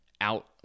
out